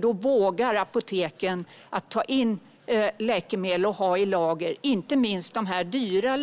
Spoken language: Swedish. Då vågar apoteken ta in läkemedel och ha i lager, inte minst de dyra